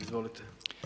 Izvolite.